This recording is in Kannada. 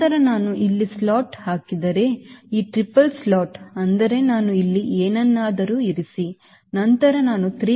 ನಂತರ ನಾನು ಇಲ್ಲಿ ಸ್ಲ್ಯಾಟ್ ಹಾಕಿದರೆ ಈ ಟ್ರಿಪಲ್ ಸ್ಲಾಟ್ ಅಂದರೆ ನಾನು ಇಲ್ಲಿ ಏನನ್ನಾದರೂ ಇರಿಸಿ ನಂತರ ನಾನು 3